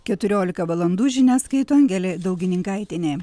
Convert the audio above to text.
keturiolika valandų žinias skaito angelė daugininkaitienė